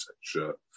shirt